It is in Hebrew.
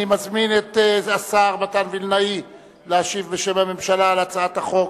אני מזמין את השר מתן וילנאי להשיב בשם הממשלה על הצעת החוק,